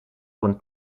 con